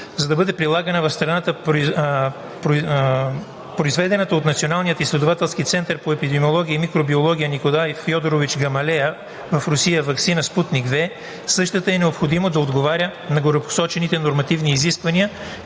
за да бъде прилагана в страната произведената от Националния изследователски център по епидемиология и микробиология „Николай Фьодорович Гамалея“ в Русия ваксина „Спутник V“, същата е необходимо да отговаря на горепосочените нормативни изисквания,